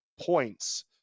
points